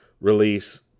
release